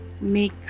make